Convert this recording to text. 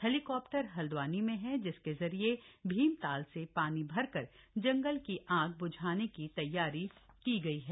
helicopter Haldwani में है जिसके जरिए भीमताल से पानी भरकर जंगल की आग ब्झाने को ब्झाने की तैयारी की गई है